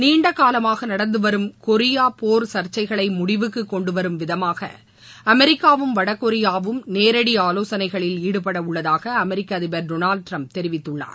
நீண்டகாலமாக நடந்து வரும் கொரியா போர் சர்ச்சைகளை முடிவுக்கு கொண்டு வரும் விதமாக அமெரிக்காவும் வடகொரியாவும் நேரடி ஆலோசனைகளில் ஈடுபடவுள்ளதாக அமெரிக்க அதிபர் டொனால்ட் டிரம்ப் தெரிவித்துள்ளார்